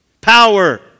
power